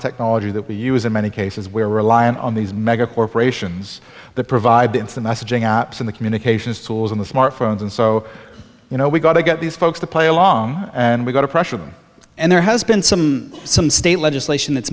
technology that we use in many cases where reliant on these mega corporations the provide the instant messaging apps in the communications tools in the smart phones and so you know we've got to get these folks to play along and we've got to pressure them and there has been some some state legislation that's